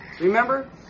Remember